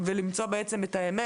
ולמצוא את האמת.